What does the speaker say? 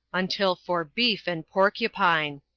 until for beef and porcupine!